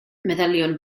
meddyliwn